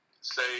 Say